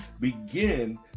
begin